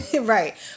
Right